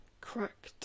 cracked